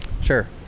Sure